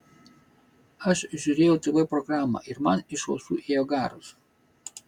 aš žiūrėjau tv programą ir man iš ausų ėjo garas